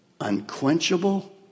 unquenchable